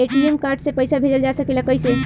ATM card से पइसा भेजल जा सकेला कइसे?